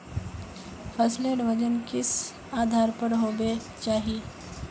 फसलेर वजन किस आधार पर होबे चही?